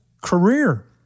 career